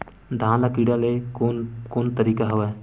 धान ल कीड़ा ले के कोन कोन तरीका हवय?